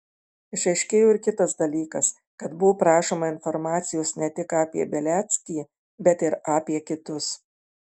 išaiškėjo ir kitas dalykas kad buvo prašoma informacijos ne tik apie beliackį bet ir apie kitus